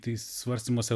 tai svarstymuose